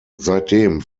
seitdem